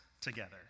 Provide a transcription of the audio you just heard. together